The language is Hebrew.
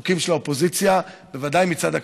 בחוקים של האופוזיציה, בוודאי מצד הקואליציה.